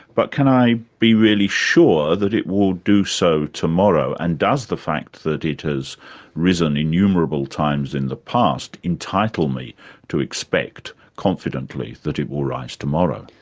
but can i be really sure that it will do so tomorrow? and does the fact that it has risen innumerable times in the past, entitle me to expect confidently that it will rise tomorrow?